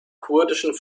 kurdischen